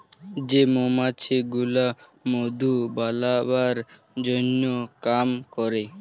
যে মমাছি গুলা মধু বালাবার জনহ কাম ক্যরে